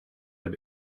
him